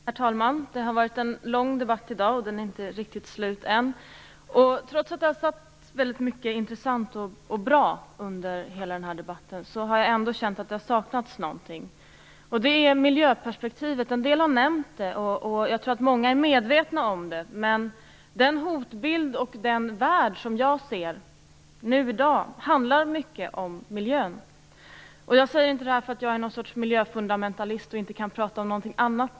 Herr talman! Det har varit en lång debatt i dag och den är inte riktigt slut än. Trots att det har sagts mycket som har varit intressant och bra under hela den här debatten har jag ändå känt att det har saknats något. Det är miljöperspektivet. En del har nämnt det och jag tror att många är medvetna om det. När det gäller den hotbild och den värld som jag ser i dag handlar det till stor del om miljön. Jag säger inte det för att jag är någon miljöfundamentalist och inte kan prata om någonting annat.